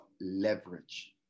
leverage